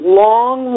long